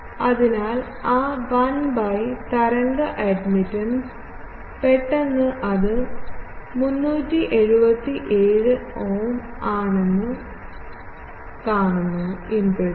അതിനാൽ ആ 1 by തരംഗ അഡ്മിറ്റൻസ് പെട്ടെന്ന് അത് 377 ഓം ആണ് ഇംപെഡൻസ്